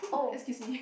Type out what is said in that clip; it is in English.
excuse me